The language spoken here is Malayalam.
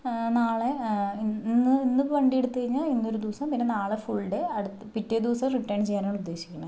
നാളെ ഇന്ന് ഇപ്പോൾ വണ്ടിയെടുത്ത് കഴിഞ്ഞാൽ ഇന്ന് ഒരു ദിവസം പിന്നെ നാളെ ഫുൾ ഡേ അടുത്ത പിറ്റേ ദിവസം റിട്ടേൺ ചെയ്യാനാണ് ഉദ്ദേശിക്കുന്നത്